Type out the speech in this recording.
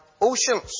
oceans